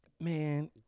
Man